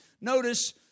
Notice